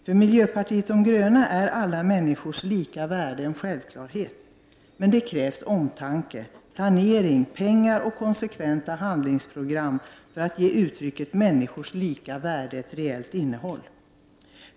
För miljöpartiet de gröna är alla människors lika värde en självklarhet. Men det krävs omtanke, planering, pengar och konsekventa handlingsprogram för att ge uttrycket ”människors lika värde” ett reellt innehåll.